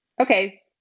okay